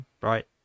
right